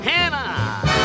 Hannah